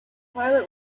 pilot